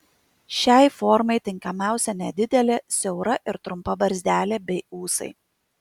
šiai formai tinkamiausia nedidelė siaura ir trumpa barzdelė bei ūsai